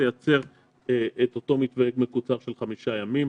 לייצר את אותו מתווה מקוצר של חמישה ימים.